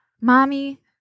Mommy